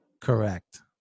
correct